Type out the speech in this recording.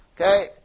Okay